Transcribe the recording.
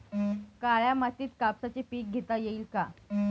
काळ्या मातीत कापसाचे पीक घेता येईल का?